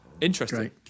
Interesting